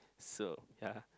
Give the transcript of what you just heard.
so yeah